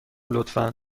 لطفا